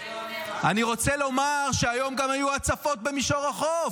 אני רוצה לומר שהיום גם היו הצפות במישור החוף.